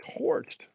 torched